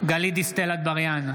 גלית דיסטל אטבריאן,